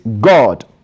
God